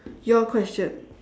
your question